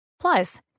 Plus